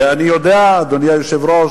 ואני יודע, אדוני היושב-ראש,